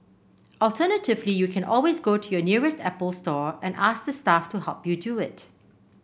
alternatively you can always go to your nearest Apple Store and ask the staff to help you do it